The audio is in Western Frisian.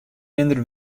minder